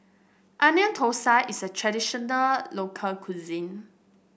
Onion Thosai is a traditional local cuisine